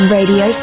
Radio